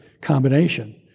combination